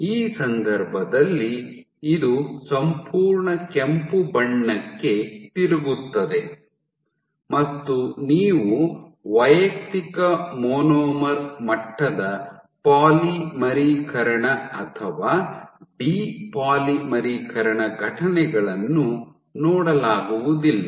ಈ ಸಂದರ್ಭದಲ್ಲಿ ಇದು ಸಂಪೂರ್ಣ ಕೆಂಪು ಬಣ್ಣಕ್ಕೆ ತಿರುಗುತ್ತದೆ ಮತ್ತು ನೀವು ವೈಯಕ್ತಿಕ ಮಾನೋಮರ್ ಮಟ್ಟದ ಪಾಲಿಮರೀಕರಣ ಅಥವಾ ಡಿ ಪಾಲಿಮರೀಕರಣ ಘಟನೆಗಳನ್ನು ನೋಡಲಾಗುವುದಿಲ್ಲ